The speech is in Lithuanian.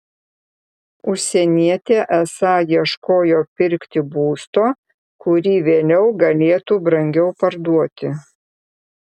užsienietė esą ieškojo pirkti būsto kurį vėliau galėtų brangiau parduoti